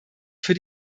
für